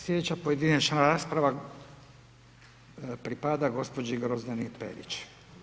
Slijedeća pojedinačna rasprava pripada gospođi Grozdani Perić.